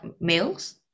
males